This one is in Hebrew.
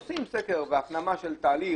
עושים סקר והפנמה של תהליך,